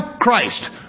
Christ